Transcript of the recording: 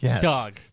Dog